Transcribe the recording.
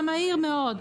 זה מהיר מאוד,